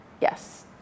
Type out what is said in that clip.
Yes